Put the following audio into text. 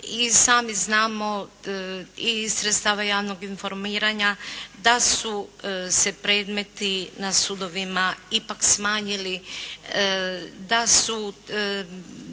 i sami znamo i iz sredstava javnog informiranja da su se predmeti na sudovima ipak smanjili, da su